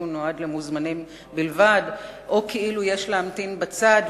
הוא נועד למוזמנים בלבד או כאילו יש להמתין בצד.